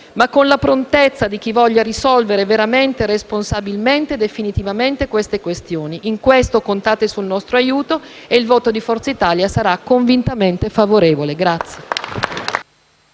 ma con la prontezza di chi vuole risolvere veramente, responsabilmente e definitivamente le questioni. In questo contate sul nostro aiuto. Dichiaro che il voto del Gruppo Forza Italia sarà convintamente favorevole.